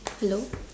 hello